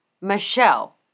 Michelle